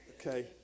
Okay